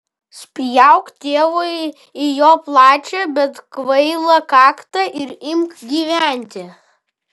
spjauk tėvui į jo plačią bet kvailą kaktą ir imk gyventi